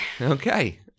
okay